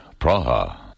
Praha